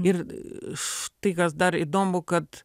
ir štai kas dar įdomu kad